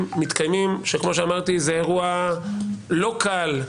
מתקיימים וכמו שאמרתי זה אירוע לא קל,